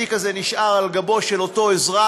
התיק הזה היה נשאר על גבו של אותו אזרח